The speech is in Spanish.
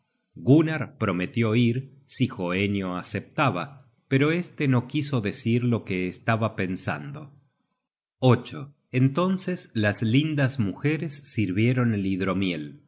gunnar prometió ir si hoenio aceptaba pero este no quiso decir lo que estaba pensando entonces las lindas mujeres sirvieron el hidromiel